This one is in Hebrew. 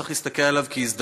צריך להסתכל עליו כעל הזדמנות.